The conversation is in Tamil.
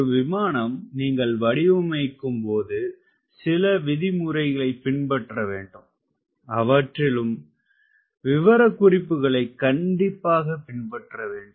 ஒரு விமானம் நீங்கள் வடிவமைக்கும்போது சில விதிமுறைகளைப் பின்பற்ற வேண்டும் அவற்றிலும் விவரக்குறிப்புகளைக் கண்டிப்பாக பின்பற்ற வேண்டும்